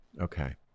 Okay